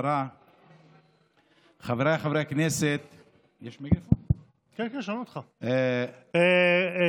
חזרה לעבודה מתקופת לידה והורות),